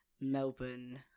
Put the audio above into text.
Melbourne